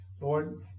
Lord